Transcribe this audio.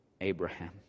Abraham